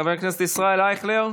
חבר הכנסת ישראל אייכלר,